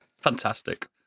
fantastic